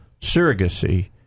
surrogacy